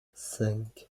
cinq